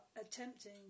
attempting